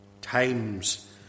Times